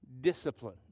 discipline